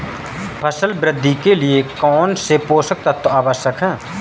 फसल वृद्धि के लिए कौनसे पोषक तत्व आवश्यक हैं?